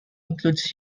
includes